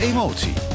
Emotie